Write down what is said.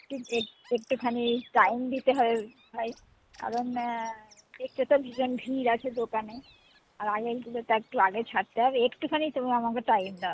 একটুখানি এই টাইম দিতে হয় ভাই কারণ দেখছো তো ভীষণ ভিড় আছে দোকানে আর আগেরগুলো তো একটু আগে ছাড়তে হবে একটুখানি তুমি আমাকে টাইম দাও